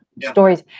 stories